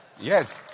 Yes